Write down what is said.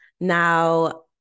now